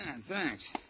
Thanks